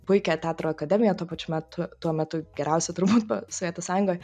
puikią teatro akademiją tuo pačiu metu tuo metu geriausia turbūt buvo sovietų sąjungoj